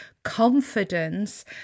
confidence